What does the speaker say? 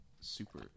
super